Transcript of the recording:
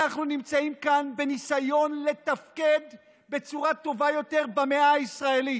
אנחנו נמצאים כאן בניסיון לתפקד בצורה טובה יותר במאה הישראלית.